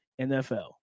NFL